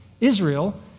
Israel